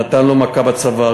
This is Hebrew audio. נתן לו מכה בצוואר,